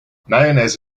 mayonnaise